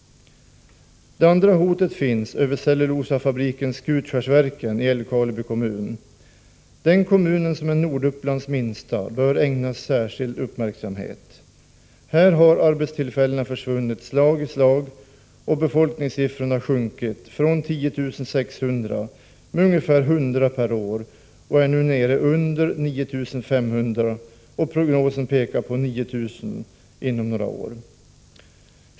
Det andra hotet finns över cellulosafabriken Skutskärsverken i Älvkarleby kommun. Den kommunen, som är Nordupplands minsta, bör ägnas särskild uppmärksamhet. Här har arbetstillfällena försvunnit slag i slag och befolkningssiffrorna sjunkit från 10 600 med ungefär hundra per år och är nu nere under 9 500, och prognosen pekar på 9 000 inom några år.